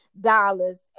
dollars